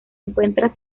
encuentra